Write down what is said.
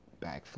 backflip